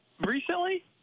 recently